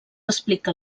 explica